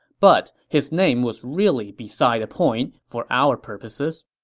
but his name was really beside the point for our purposes.